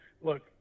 Look